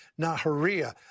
Nahariya